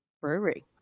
brewery